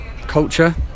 culture